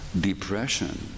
Depression